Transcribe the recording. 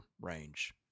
range